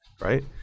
right